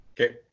Okay